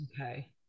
Okay